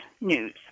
news